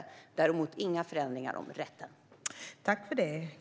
Men vi har inte gjort några förändringar vad gäller rätten till assistans.